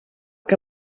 que